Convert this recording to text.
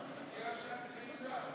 הגיעה שעת נעילה.